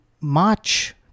march